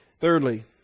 Thirdly